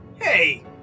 Hey